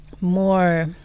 more